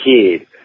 kid